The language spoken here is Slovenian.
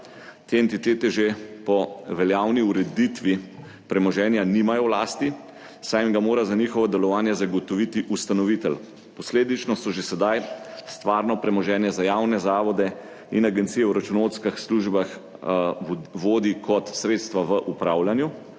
te entitete že po veljavni ureditvi premoženja nimajo v lasti, saj jim ga mora za njihovo delovanje zagotoviti ustanovitelj. Posledično se že sedaj stvarno premoženje za javne zavode in agencije v računovodskih službah vodi kot sredstva v upravljanju.